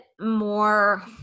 more